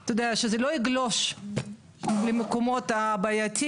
אתה יודע שזה לא יגלוש למקומות הבעייתיים,